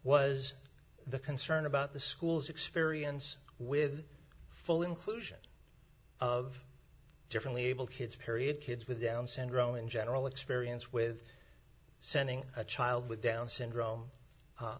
was the concern about the schools experience with full inclusion of differently abled kids period kids with down syndrome in general experience with sending a child with down syndrome